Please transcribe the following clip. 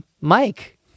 Mike